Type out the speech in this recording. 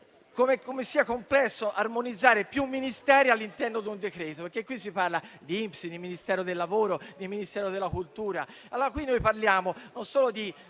come sia complesso armonizzare più Ministeri all'interno di un decreto. Qui si parla di INPS, di Ministero del lavoro, di Ministero della cultura,